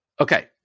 Okay